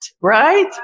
right